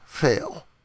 fail